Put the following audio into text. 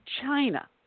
China